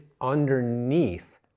underneath